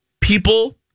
people